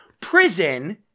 prison